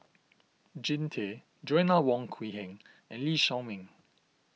Jean Tay Joanna Wong Quee Heng and Lee Shao Meng